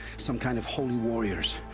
some kind of holy warriors.